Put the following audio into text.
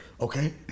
Okay